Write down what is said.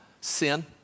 Sin